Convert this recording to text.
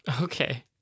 Okay